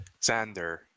xander